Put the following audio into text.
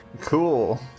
cool